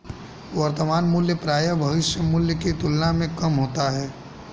वर्तमान मूल्य प्रायः भविष्य मूल्य की तुलना में कम होता है